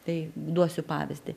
tai duosiu pavyzdį